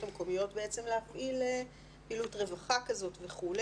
המקומיות להפעיל פעילות רווחה וכו',